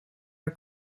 are